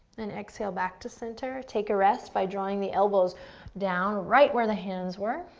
then exhale back to center. take a rest by drawing the elbows down right where the hands were,